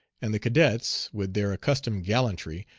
and the cadets, with their accustomed gallantry,